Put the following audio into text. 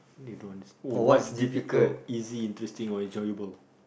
they don't oh what's difficult easy interesting or enjoyable